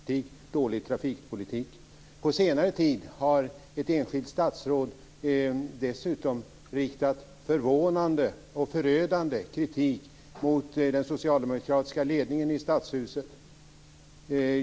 Herr talman! Regeringen tycker att den borgerliga majoriteten i Stockholm för en dålig bostadspolitik och en dålig trafikpolitik. På senare tid har ett enskilt statsråd dessutom riktat förvånande och förödande kritik mot den socialdemokratiska ledningen i Stadshuset.